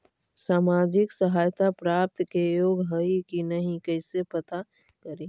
सामाजिक सहायता प्राप्त के योग्य हई कि नहीं कैसे पता करी?